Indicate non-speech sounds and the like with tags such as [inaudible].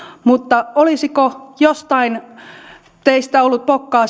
mutta olisiko jollain teistä ollut pokkaa [unintelligible]